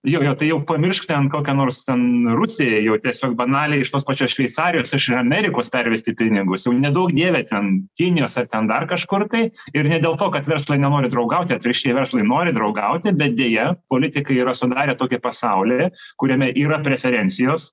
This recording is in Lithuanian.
jojo tai jau pamiršk ten kokią nors ten rusiją jau tiesiog banaliai iš tos pačios šveicarijos iš amerikos pervesti pinigus jau neduok dieve ten kinijos ar ten dar kažkur tai ir ne dėl to kad verslai nenori draugauti atvirkščiai verslai nori draugauti bet deja politikai yra sudarę tokį pasaulį kuriame yra preferencijos